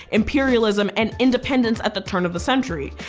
imperialism, and independence at the turn of the century.